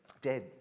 Dead